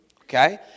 okay